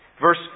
verse